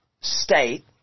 state